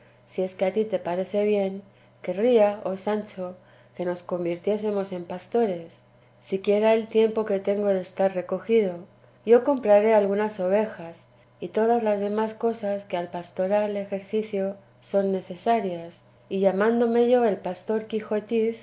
si es que a ti te parece bien querría oh sancho que nos convirtiésemos en pastores siquiera el tiempo que tengo de estar recogido yo compraré algunas ovejas y todas las demás cosas que al pastoral ejercicio son necesarias y llamándome yo el pastor quijotiz y tú